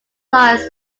lies